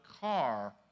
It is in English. car